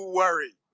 worry